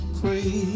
pray